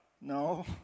No